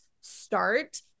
start